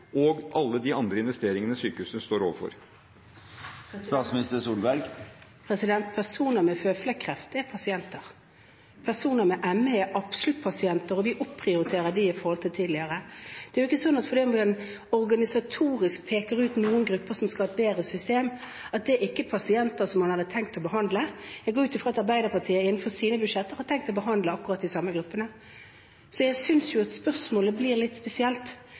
og alle de andre investeringene sykehusene står overfor? Personer med føflekkreft er pasienter. Personer med ME er absolutt pasienter, og vi opprioriterer dem i forhold til tidligere. Det er ikke slik at fordi vi organisatorisk peker ut noen grupper som skal ha bedre system, er det pasienter som man ikke har tenkt å behandle, Jeg går ut fra at Arbeiderpartiet innenfor sine budsjetter har tenkt å behandle akkurat de samme gruppene. Jeg synes jo at spørsmålet blir litt spesielt,